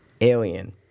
alien